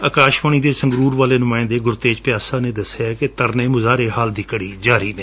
ਅਕਾਸ਼ਵਾਣੀ ਦੇ ਸੰਗਰੂਰ ਵਾਲੇ ਨੁਮਾਇੰਦੇ ਗੁਰਤੇਜ ਪਿਆਸਾ ਨੇ ਦੱਸਿਆ ਕਿ ਧਰਨੇ ਮੁਜਾਹਰੇ ਹਾਲ ਦੀ ਘੜੀ ਜਾਰੀ ਨੇ